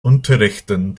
unterrichten